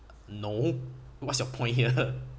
no what's your point here